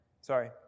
sorry